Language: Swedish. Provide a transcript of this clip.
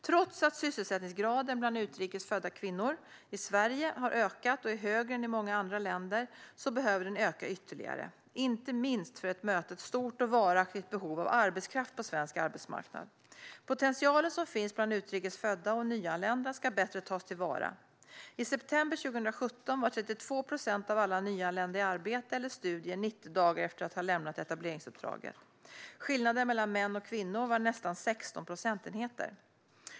Trots att sysselsättningsgraden bland utrikes födda kvinnor i Sverige har ökat och är högre än i många andra länder så behöver den öka ytterligare, inte minst för att möta ett stort och varaktigt behov av arbetskraft på svensk arbetsmarknad. Potentialen som finns bland utrikes födda och nyanlända ska bättre tas till vara. I september 2017 var 32 procent av alla nyanlända i arbete eller studier 90 dagar efter att ha lämnat etableringsuppdraget. Skillnaden mellan män och kvinnor var nästan 16 procentenheter.